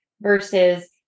versus